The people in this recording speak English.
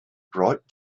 bright